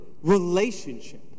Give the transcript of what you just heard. relationship